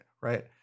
Right